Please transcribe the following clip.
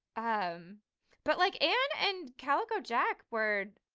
um but like, anne and calico jack were,